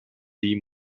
dem